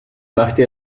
machte